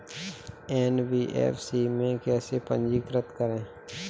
NBFC में कैसे पंजीकृत करें?